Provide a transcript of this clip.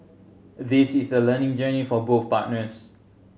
this is a learning journey for both partners